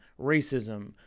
racism